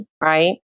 Right